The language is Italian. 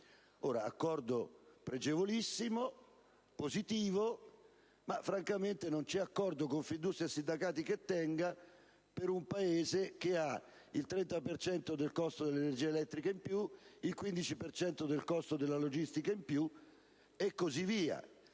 Un accordo pregevolissimo e positivo, ma francamente non c'è accordo Confindustria-sindacati che tenga per un Paese che ha il 30 per cento del costo dell'energia elettrica in più, il 15 per cento del costo della logistica in più, e così via.